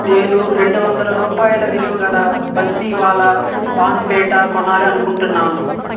నేను రెండు వందల రూపాయల విలువగల బన్సీవాలా పాన్పేఠా కొనాలి అనుకుంటున్నాను